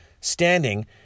standing